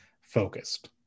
focused